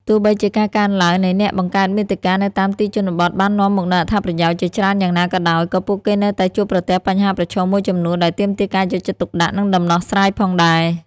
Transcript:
ទោះបីជាការកើនឡើងនៃអ្នកបង្កើតមាតិកានៅតាមទីជនបទបាននាំមកនូវអត្ថប្រយោជន៍ជាច្រើនយ៉ាងណាក៏ដោយ ក៏ពួកគេនៅតែជួបប្រទះបញ្ហាប្រឈមមួយចំនួនដែលទាមទារការយកចិត្តទុកដាក់ និងដំណោះស្រាយផងដែរ។